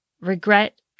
Regret